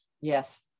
Yes